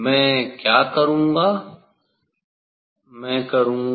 मैं क्या करूँगा मैं करूँगा